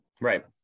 Right